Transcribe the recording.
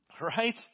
right